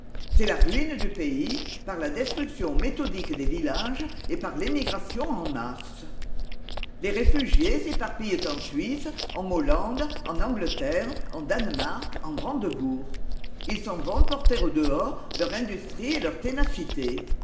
c'est la ruine du pays par la destruction méthodique des villages et par l'émigration en masse les réfugiés s'éparpillent en suisse en hollande en angleterre en danemark en brandebourg ils s'en vont porter au dehors leur industrie et leur ténacité